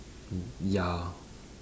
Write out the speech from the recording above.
y~ ya